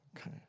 Okay